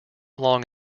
long